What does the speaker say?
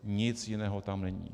Nic jiného tam není.